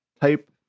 type